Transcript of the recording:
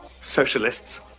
socialists